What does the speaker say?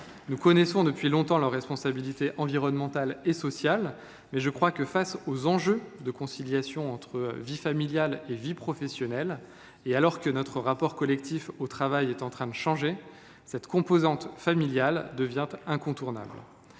Nous connaissons depuis longtemps la responsabilité sociale et environnementale (RSE). Face aux enjeux de conciliation entre vie familiale et vie professionnelle, et alors que notre rapport collectif au travail est en train de changer, cette composante familiale devient incontournable.